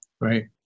Right